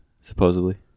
supposedly